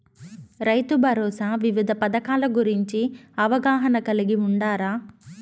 రైతుభరోసా వివిధ పథకాల గురించి అవగాహన కలిగి వుండారా?